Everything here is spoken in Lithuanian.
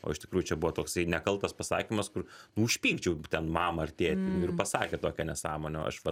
o iš tikrųjų čia buvo toksai nekaltas pasakymas kur užpygdžiau ten mamą ar tėtį ir pasakė tokią nesąmonę o aš va